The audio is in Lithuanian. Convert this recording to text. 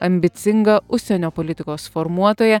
ambicingą užsienio politikos formuotoją